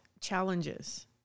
challenges